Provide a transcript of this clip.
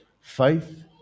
Faith